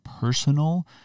personal